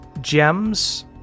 gems